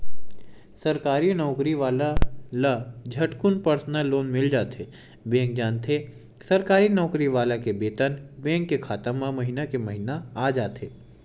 सरकारी नउकरी वाला ल झटकुन परसनल लोन मिल जाथे बेंक जानथे सरकारी नउकरी वाला के बेतन बेंक के खाता म महिना के महिना आ जाथे